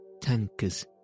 tankers